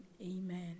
amen